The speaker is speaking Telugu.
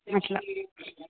అలా